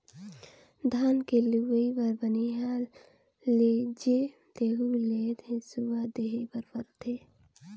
धान के लूवई बर बनिहार लेगजे तेहु ल हेसुवा देहे बर परथे